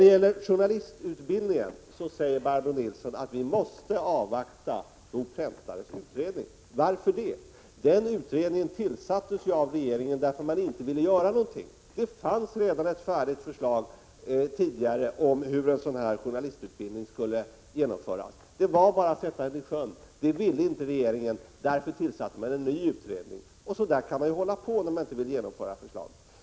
Beträffande journalistutbildningen säger Barbro Nilsson att vi måste avvakta Bo Präntares utredning. Varför? Den utredningen tillsattes av regeringen därför att man inte ville göra någonting. Det fanns redan ett färdigt förslag tidigare om hur en sådan journalistutbildning skulle kunna genomföras. Det var bara att sätta förslaget i sjön. Men det ville inte regeringen utan tillsatte en ny utredning. Så här kan man hålla på om man inte vill genomföra förslaget.